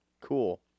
Cool